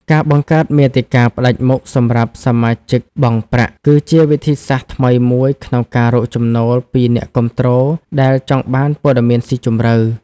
ការបង្កើតមាតិកាផ្តាច់មុខសម្រាប់សមាជិកបង់ប្រាក់ គឺជាវិធីសាស្ត្រថ្មីមួយក្នុងការរកចំណូលពីអ្នកគាំទ្រដែលចង់បានព័ត៌មានស៊ីជម្រៅ។